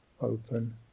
open